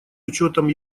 учетом